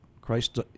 Christ